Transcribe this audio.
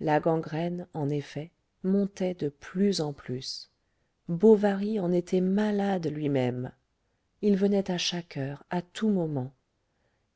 la gangrène en effet montait de plus en plus bovary en était malade lui-même il venait à chaque heure à tout moment